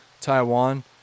Taiwan